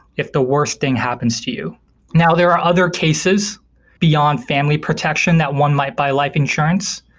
if the worst thing happens to you now there are other cases beyond family protection that one might buy life insurance.